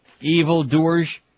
evil-doers